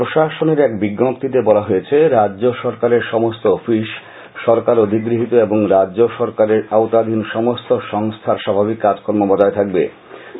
প্রশাসনের এক বিজ্ঞপ্তিতে বলা হয়েছে রাজ্য সরকারের সমস্ত অফিস সরকার অধিগৃহিত এবং রাজ্য সরকারের আওতাধীন সমস্ত সংস্থার স্বাভাবিক কাজকর্ম বজায় থাকবে